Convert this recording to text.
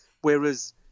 Whereas